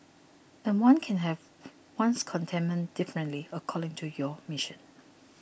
and one can have one's contentment differently according to your mission